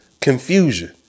confusion